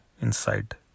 inside